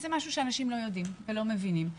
זה משהו שאנשים לא יודעים ולא מבינים.